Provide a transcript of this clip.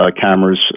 cameras